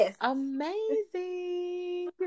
amazing